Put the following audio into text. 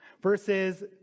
Verses